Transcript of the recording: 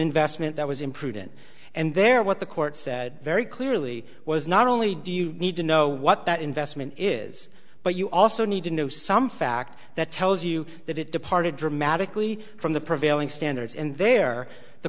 investment that was imprudent and there what the court said very clearly was not only do you need to know what that investment is but you also need to do some fact that tells you that it departed dramatically from the prevailing standards and there the